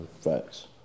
facts